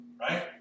right